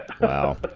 Wow